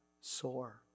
sore